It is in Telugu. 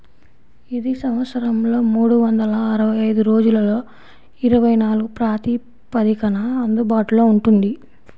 ఇది సంవత్సరంలో మూడు వందల అరవై ఐదు రోజులలో ఇరవై నాలుగు ప్రాతిపదికన అందుబాటులో ఉంటుంది